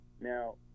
Now